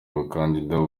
bakandida